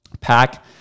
pack